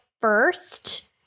first